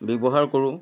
ব্যৱহাৰ কৰোঁ